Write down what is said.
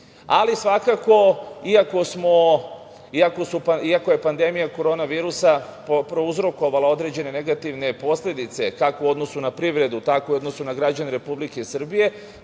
sigurni. Svakako iako je pandemija korona virusa prouzrokovala određene negativne posledice, kako u odnosu na privredu, tako i u odnosu na građane Republike Srbije,